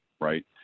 right